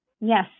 Yes